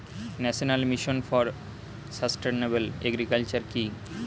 National mission for sustainable agriculture কি?